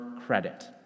credit